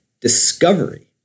Discovery